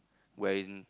where in